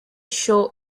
show